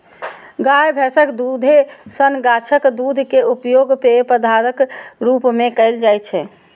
गाय, भैंसक दूधे सन गाछक दूध के उपयोग पेय पदार्थक रूप मे कैल जाइ छै